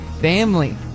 family